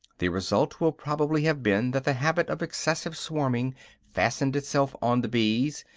the result will probably have been that the habit of excessive swarming fastened itself on the bees,